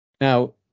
Now